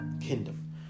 Kingdom